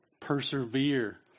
persevere